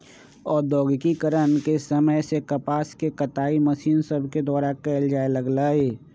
औद्योगिकरण के समय से कपास के कताई मशीन सभके द्वारा कयल जाय लगलई